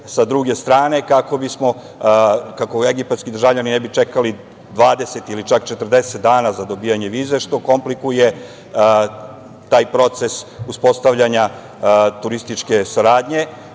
sa druge strane, kako egipatski državljani ne bi čekali 20 ili čak 40 dana za dobijanje vize, što komplikuje taj proces uspostavljanja turističke saradnje. Verujte